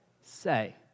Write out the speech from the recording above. Say